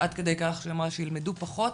עד כדי כך שאמרה שילמדו פחות,